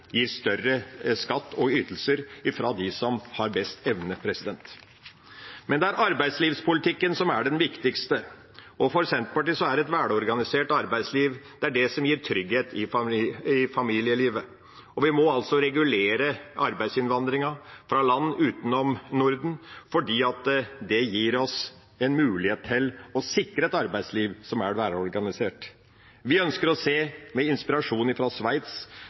gir trygghet i familielivet. Vi må regulere arbeidsinnvandringen fra land utenom Norden fordi det gir oss mulighet til å sikre et arbeidsliv som er velorganisert. Vi ønsker å se etter inspirasjon fra Sveits, som er et velorganisert land med